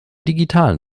digitalen